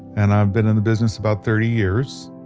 and i've been in the business about thirty years.